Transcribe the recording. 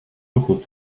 ruchu